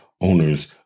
owners